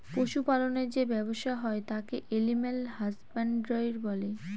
পশু পালনের যে ব্যবসা হয় তাকে এলিম্যাল হাসব্যানডরই বলে